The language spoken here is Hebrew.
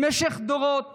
במשך דורות